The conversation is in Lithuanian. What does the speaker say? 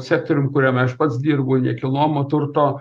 sektorium kuriame aš pats dirbu nekilnojamo turto